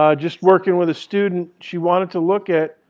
um just working with a student. she wanted to look at,